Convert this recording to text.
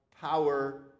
power